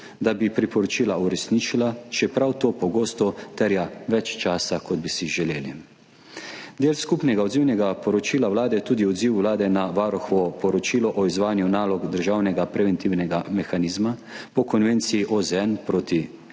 da bi priporočila uresničila, čeprav to pogosto terja več časa, kot bi si želeli. Del skupnega odzivnega poročila Vlade je tudi odziv Vlade na varuhovo poročilo o izvajanju nalog državnega preventivnega mehanizma po konvenciji OZN proti